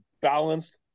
balanced